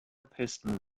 piston